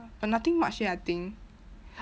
but nothing much eh I think